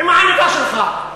עם העניבה שלך.